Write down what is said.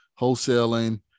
wholesaling